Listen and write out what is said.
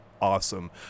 awesome